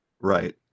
Right